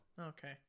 okay